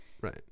Right